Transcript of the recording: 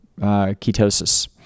ketosis